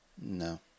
No